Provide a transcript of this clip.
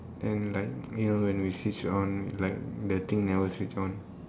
then like you know when we switch on right the thing never switch on